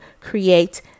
create